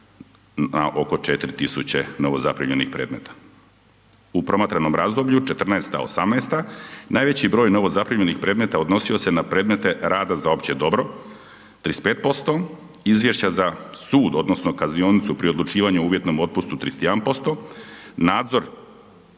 na oko 4000 novozaprimljenih predmeta. U promatranom razdoblju, 2014.—2018., najveći broj novozaprimljenih predmeta odnosi se na predmete rada za opće dobro, 35%, izvješća za sud odnosno kaznionicu pri odlučivanju o uvjetnom otpustu, 31%, nadzor